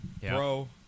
Bro